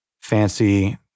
fancy